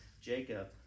Jacob